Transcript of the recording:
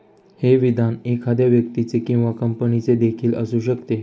हे विधान एखाद्या व्यक्तीचे किंवा कंपनीचे देखील असू शकते